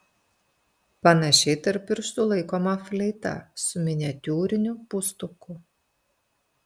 panašiai tarp pirštų laikoma fleita su miniatiūriniu pūstuku